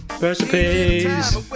recipes